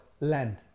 Land